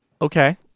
Okay